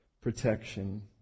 protection